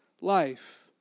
life